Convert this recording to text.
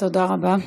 תודה רבה,